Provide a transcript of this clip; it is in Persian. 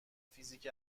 فیزیک